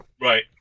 Right